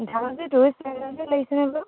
Dhemaji tourist এজেঞ্চীত লাগিছেনে বাৰু